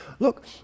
Look